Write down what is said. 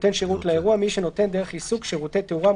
"נותן שירות לאירוע" מי שנותן דרך עיסוק שירותי תאורה,